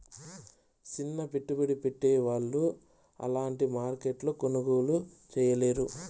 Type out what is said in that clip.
సిన్న పెట్టుబడి పెట్టే వాళ్ళు అలాంటి మార్కెట్లో కొనుగోలు చేయలేరు